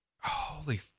holy